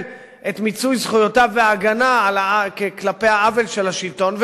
את מיצוי זכויותיו והגנה מהעוול של השלטון,